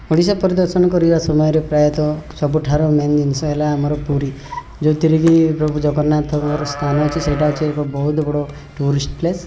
ଓଡ଼ିଶା ପରିଦର୍ଶନ କରିବା ସମୟରେ ପ୍ରାୟତଃ ସବୁଠାରୁ ମେନ୍ ଜିନିଷ ହେଲା ଆମର ପୁରୀ ଯେଉଁଥିରେ କି ପ୍ରଭୁ ଜଗନ୍ନାଥଙ୍କ ର ସ୍ଥାନ ଅଛି ସେଇଟା ହେଉଛି ଏକ ବହୁତ ବଡ଼ ଟୁରିସ୍ଟ ପ୍ଲେସ୍